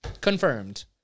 confirmed